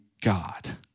God